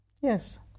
Yes